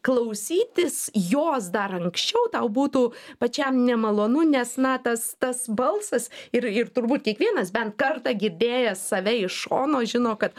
klausytis jos dar anksčiau tau būtų pačiam nemalonu nes na tas tas balsas ir ir turbūt kiekvienas bent kartą girdėjęs save iš šono žino kad